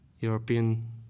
European